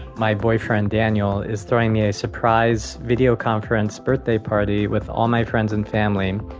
my boyfriend daniel is throwing me a surprise video conference birthday party with all my friends and family.